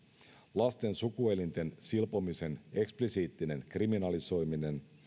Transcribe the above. lasten sukuelinten silpomisen eksplisiittinen kriminalisoiminen